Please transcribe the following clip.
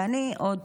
ואני עוד,